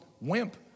wimp